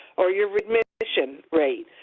or your readmission rates,